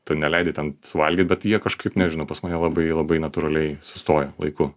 tu neleidi ten suvalgyt bet jie kažkaip nežinau pas mane labai labai natūraliai sustoja laiku